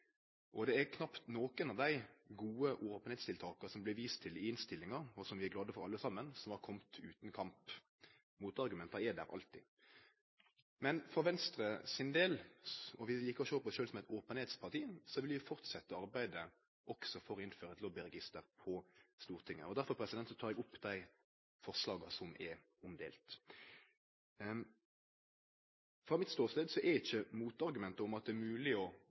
Det er knapt nokon av dei gode openheitstiltaka som det blir vist til i innstillinga, og som vi er glad for alle saman, som har kome utan kamp. Motargumenta er der alltid. I Venstre – vi liker å sjå på oss sjølve som eit openheitsparti – vil vi halde fram arbeidet for å innføre eit lobbyregister på Stortinget. Derfor tek eg opp dei forslaga som er gjorde tilgjengelege. Frå min ståstad er ikkje motargumenta om at det er mogleg å